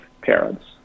parents